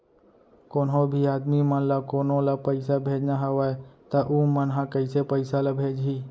कोन्हों भी आदमी मन ला कोनो ला पइसा भेजना हवय त उ मन ह कइसे पइसा ला भेजही?